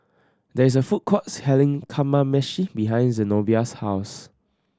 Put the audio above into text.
there is a food court selling Kamameshi behind Zenobia's house